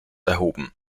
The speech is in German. erhoben